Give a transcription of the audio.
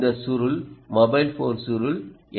இந்த சுருள் mobile phone சுருள் என்